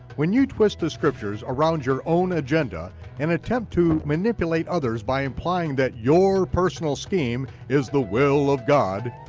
when you twist the scriptures around your own agenda and attempt to manipulate others by implying that your personal scheme is the will of god,